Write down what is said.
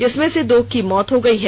इसमें से दो की मौत हो गई है